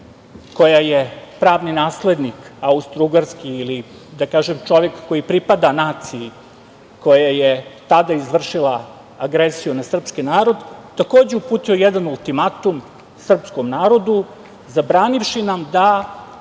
koja je pravni naslednik austro-ugarski, ili da kažem čovek koji pripada naciji koja je tada izvršila agresiju na srpski narod, takođe uputio jedan ultimatum srpskom narodu, zabranivši nam da